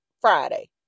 Friday